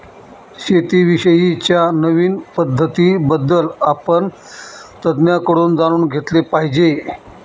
शेती विषयी च्या नवीन पद्धतीं बद्दल आपण तज्ञांकडून जाणून घेतले पाहिजे